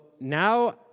now